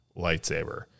lightsaber